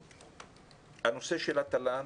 הנושא של התל"ן